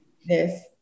Yes